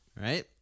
Right